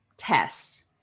Test